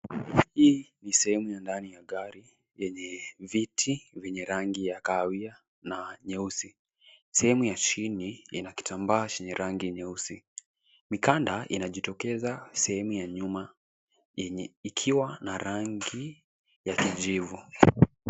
Hii ni sehemu ya ndani ya gari yenye viti vyenye rangi ya kahawia na nyeusi. Sehemu ya chini ina kitambaa chenye rangi nyeusi. Mikanda inajitokeza sehemu ya nyuma ikiwa na rangi ya kijivu.